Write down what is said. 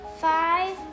Five